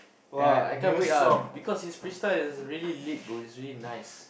and I I can't wait ah because his freestyle is really lit bro it's really nice